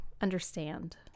understand